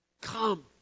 Come